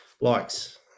likes